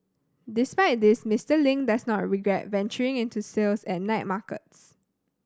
despite this Mister Ling does not regret venturing into sales at night markets